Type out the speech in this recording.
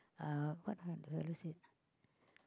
uh what ah